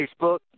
Facebook